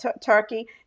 turkey